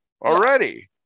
already